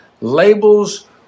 labels